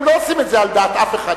הם לא עושים את זה על דעת אף אחד,